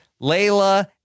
Layla